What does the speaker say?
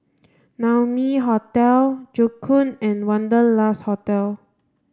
Naumi Hotel Joo Koon and Wanderlust Hotel